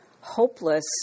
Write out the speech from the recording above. hopeless